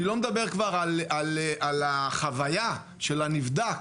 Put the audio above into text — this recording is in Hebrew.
אני לא מדבר כבר על החוויה של הנבדק,